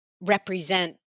represent